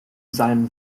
salm